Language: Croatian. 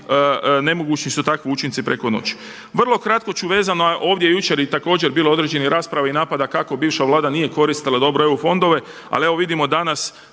nemogući su učinci preko noći. Vrlo kratko ću vezano i ovdje je jučer također bilo određenih rasprava i napada kako bivša vlada nije koristila dobro EU fondove, ali evo vidimo danas